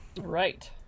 right